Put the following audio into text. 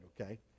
okay